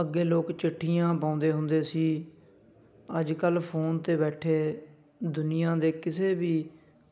ਅੱਗੇ ਲੋਕ ਚਿੱਠੀਆਂ ਪਾਉਂਦੇ ਹੁੰਦੇ ਸੀ ਅੱਜ ਕੱਲ੍ਹ ਫੋਨ 'ਤੇ ਬੈਠੇ ਦੁਨੀਆਂ ਦੇ ਕਿਸੇ ਵੀ